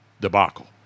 debacle